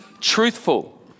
truthful